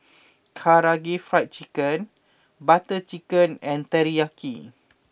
Karaage Fried Chicken Butter Chicken and Teriyaki